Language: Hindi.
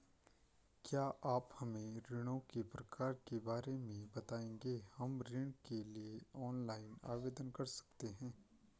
क्या आप हमें ऋणों के प्रकार के बारे में बताएँगे हम ऋण के लिए ऑनलाइन आवेदन कर सकते हैं?